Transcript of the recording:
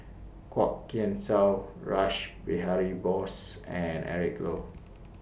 Kwok Kian Chow Rash Behari Bose and Eric Low